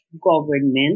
government